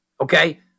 Okay